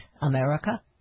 America